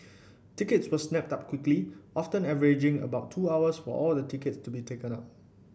tickets were snapped up quickly often averaging about two hours for all the tickets to be taken up